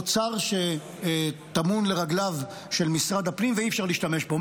אוצר שטמון לרגליו של משרד הפנים ואי-אפשר להשתמש בו,